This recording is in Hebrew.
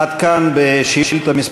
עד כאן בשאילתה מס'